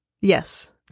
yes